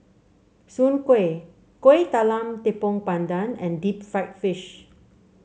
Soon Kway Kuih Talam Tepong Pandan and Deep Fried Fish